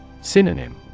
Synonym